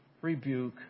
rebuke